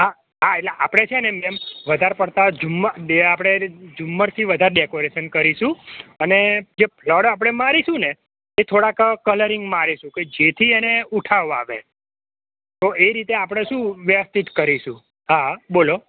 આ હા એટલે આપડે છે ને મેમ વધાર પડતાં ઝૂમર બે આપડે ઝુંમરથી વધાર ડેકોરેશન કરીશું અને જો ફ્લડ આપડે મારીશું ને એ થોડાક કલરીનગ મારીશું જેથી એને ઉઠાવ આવે તો એ રીતે આપડે શું વ્યવસ્થિત કરીશું હા બોલો